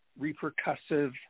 repercussive